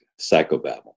psychobabble